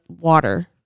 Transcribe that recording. water